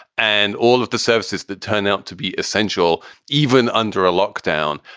and all of the services that turn out to be essential even under a lockdown.